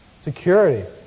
security